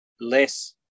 less